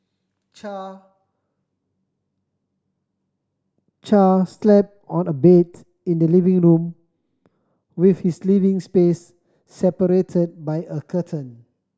Char Char slept on a beds in the living room with his living space separated by a curtain